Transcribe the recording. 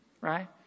right